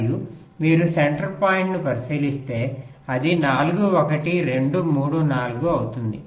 మరియు మీరు సెంటర్ పాయింట్ను పరిశీలిస్తే అది 4 1 2 3 4 అవుతుంది